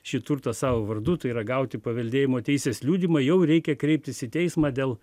šį turtą savo vardu tai yra gauti paveldėjimo teisės liudijimą jau reikia kreiptis į teismą dėl